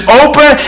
open